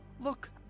Look